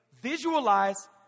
visualize